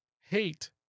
Hate